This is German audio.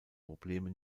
probleme